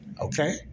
Okay